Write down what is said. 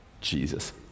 Jesus